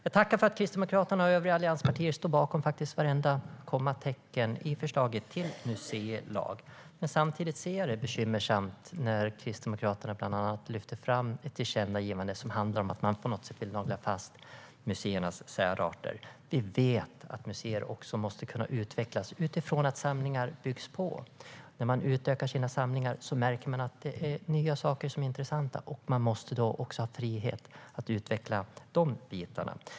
Jag tackar för att Kristdemokraterna och övriga allianspartier faktiskt står bakom vartenda kommatecken i förslaget till museilag. Men samtidigt tycker jag att det är bekymmersamt när bland andra Kristdemokraterna lyfter fram ett tillkännagivande som handlar om att man på något sätt vill nagla fast museernas särarter. Vi vet att museer också måste kunna utvecklas utifrån att samlingar byggs på. När man utökar sina samlingar märker man att det är nya saker som är intressanta, och man måste då också ha frihet att utveckla dessa delar.